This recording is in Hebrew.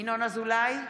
ינון אזולאי,